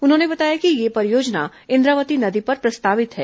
उन्होंने बताया कि यह परियोजना इं द्रावती नदी पर प्र स्तावित है